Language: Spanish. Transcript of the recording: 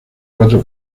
cuatro